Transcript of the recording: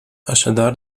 așadar